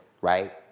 right